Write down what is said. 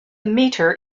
metre